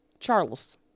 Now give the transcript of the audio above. Charles